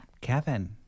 Kevin